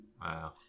Wow